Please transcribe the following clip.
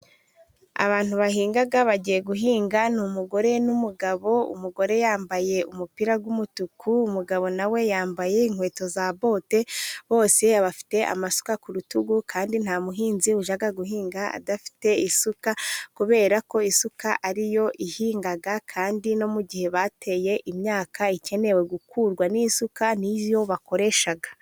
Abantu bahinga bagiye guhinga， ni umugore n'umugabo， umugore yambaye umupira w'umutuku， umugabo nawe yambaye inkweto za bote， bose ba bafite amasuka ku rutugu kandi nta muhinzi ushaka guhinga adafite isuka， kubera ko isuka ari yo ihinga， kandi no mu gihe bateye imyaka ikenewe gukurwa n'isuka， niyo bakoresha.